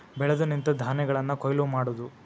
ಬೆಳೆದು ನಿಂತ ಧಾನ್ಯಗಳನ್ನ ಕೊಯ್ಲ ಮಾಡುದು